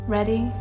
ready